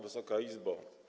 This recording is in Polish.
Wysoka Izbo!